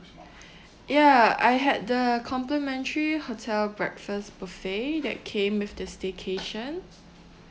ya I had the complimentary hotel breakfast buffet that came with the staycation